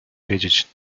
wiedzieć